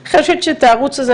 אני חושבת שאת הערוץ הזה,